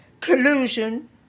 collusion